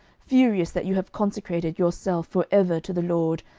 furious that you have consecrated yourself for ever to the lord,